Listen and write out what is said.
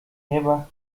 nieba